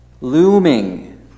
looming